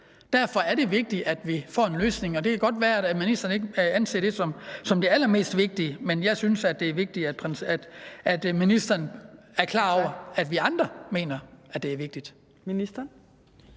Derfor er det vigtigt, at vi får en løsning. Det kan godt være, at ministeren ikke anser det som det allermest vigtige, men jeg synes, det er vigtigt, at ministeren er klar over, at vi andre mener, at det er vigtigt.